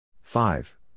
Five